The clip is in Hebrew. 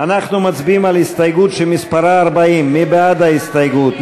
אנחנו מצביעים על ההסתייגות שמספרה 40. מי בעד ההסתייגות?